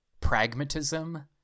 pragmatism